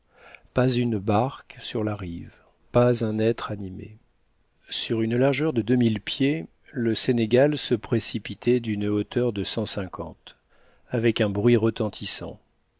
pas une barque sur la rive pas un être animé sur une largeur de deux mille pieds le sénégal se précipitait d'une hauteur de cent cinquante avec un bruit retentissant